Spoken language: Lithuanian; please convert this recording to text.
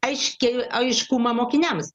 aiškiai aiškumą mokiniams